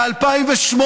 ב-2008,